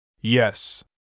Yes